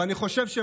ואני חושב,